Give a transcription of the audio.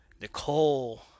Nicole